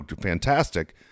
fantastic